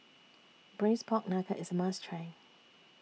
Braised Pork Knuckle IS A must Try